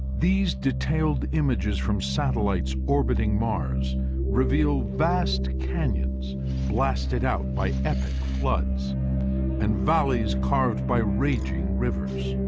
these detailed images from satellites orbiting mars reveal vast canyons blasted out by epic floods and valleys carved by raging rivers.